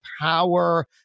power